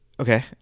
Okay